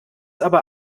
aber